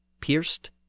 pierced